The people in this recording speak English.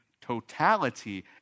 totality